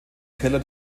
keller